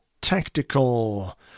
tactical